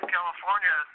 California